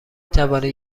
توانید